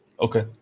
Okay